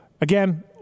Again